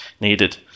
needed